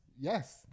Yes